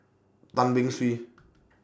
Tan Beng Swee